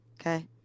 Okay